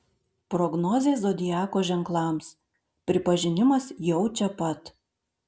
prognozė zodiako ženklams pripažinimas jau čia pat